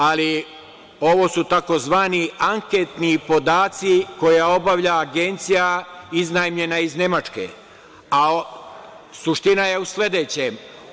Ali ovo su tzv. anketni podaci koje obavlja agencija iznajmljena iz Nemačke, a suština je u sledećem.